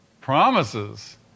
Promises